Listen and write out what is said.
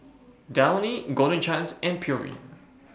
Downy Golden Chance and Pureen